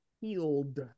healed